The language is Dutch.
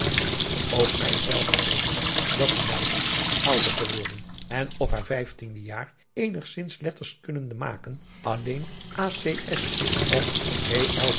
ook mij is wel gebleken dat die meisjes ouder geworden en op haar vijftiende jaar eenigzins letters kunnende maken alleen a